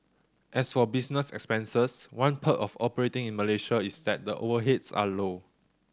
as for business expenses one perk of operating in Malaysia is that the overheads are low